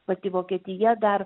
pati vokietija dar